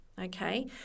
okay